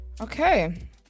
Okay